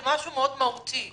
זה משהו מהותי מאוד.